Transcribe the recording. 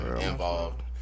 involved